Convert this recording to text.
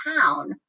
town